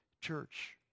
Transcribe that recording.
church